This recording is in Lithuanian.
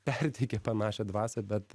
perteikia panašią dvasią bet